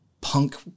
punk